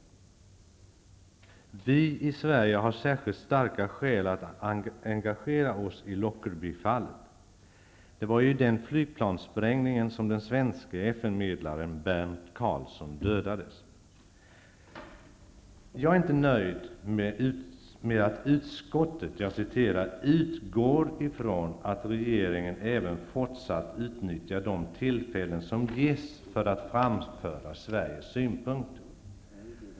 Vi i Sverige har särskilt starka skäl att engagera oss i Lockerbie-fallet. Det var ju i den flygplanssprängningen som den svenske FN Jag är inte nöjd med att utskottet ''utgår från att regeringen även fortsatt utnyttjar de tillfällen som ges för att framföra Sveriges synpunkter''.